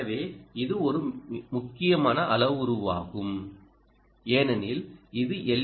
எனவே இது ஒரு முக்கியமான அளவுருவாகும் ஏனெனில் இது எல்